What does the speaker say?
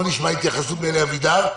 נשמע התייחסות מאלי אבידר.